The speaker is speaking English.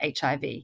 HIV